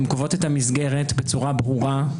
הן קובעות את המסגרת בצורה ברורה.